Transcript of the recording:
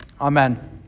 Amen